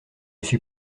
suis